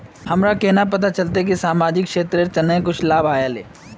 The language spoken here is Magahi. हमरा केना पता चलते की सामाजिक क्षेत्र के लिए कुछ लाभ आयले?